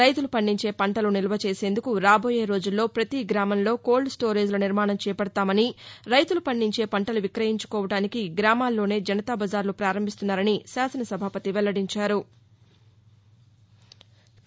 రైతులు పండించే పంటలు నిల్వ చేసేందుకు రాబోయే రోజుల్లో పతి గ్రామంలో కోల్డ్ స్టోరేజ్ లు నిర్మాణం చేపడతామని రైతులు పండించే పంటలు విక్రయించుకోవడానికి గ్రామాల్లోనే జనతా బజార్లు పారంభిస్తున్నారని శాసన సభాపతి వెల్లడించారు